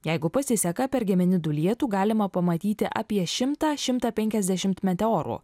jeigu pasiseka per geminidų lietų galima pamatyti apie šimtą šimtą penkiasdešimt meteorų